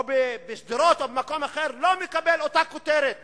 או בשדרות או במקום אחר, לא מקבל אותה כותרת